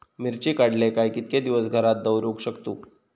मिर्ची काडले काय कीतके दिवस घरात दवरुक शकतू?